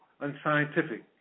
unscientific